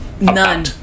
none